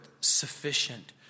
sufficient